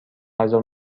غذا